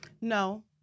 No